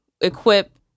equip